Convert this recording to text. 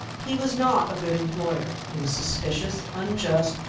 he was not a good employer he was suspicious, unjust,